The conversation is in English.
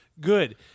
good